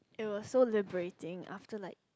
it was so liberating after like